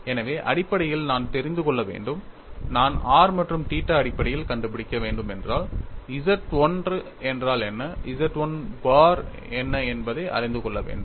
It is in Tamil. எனவே அடிப்படையில் நான் தெரிந்து கொள்ள வேண்டும் நான் r மற்றும் θ அடிப்படையில் கண்டுபிடிக்க வேண்டும் என்றால் Z 1 என்றால் என்ன Z 1 பார் என்ன என்பதை அறிந்து கொள்ள வேண்டும்